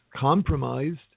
compromised